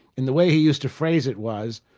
and the way he used to phrase it was,